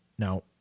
Now